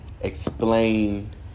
explain